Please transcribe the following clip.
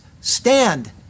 stand